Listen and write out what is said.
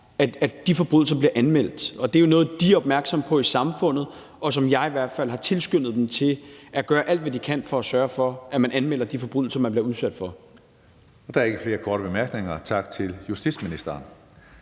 tilfælde bliver anmeldt. Det er jo noget, de er opmærksomme på i samfundet, og jeg har i hvert fald tilskyndet dem til at gøre alt, hvad de kan, for at sørge for at anmelde de forbrydelser, de bliver udsat for. Kl. 12:50 Tredje næstformand (Karsten Hønge): Der er ikke flere korte bemærkninger. Tak til justitsministeren.